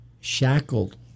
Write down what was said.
shackled